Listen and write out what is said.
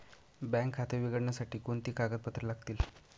Bank खाते उघडण्यासाठी कोणती कागदपत्रे लागतील?